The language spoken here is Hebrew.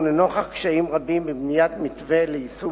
ולנוכח קשיים רבים בבניית מתווה ליישום